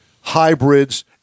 hybrids